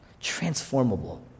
transformable